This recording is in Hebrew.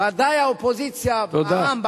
ודאי האופוזיציה בעם,